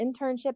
internship